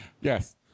Yes